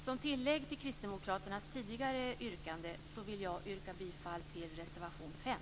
Som tillägg till Kristdemokraternas tidigare yrkande vill jag yrka bifall till reservation 5.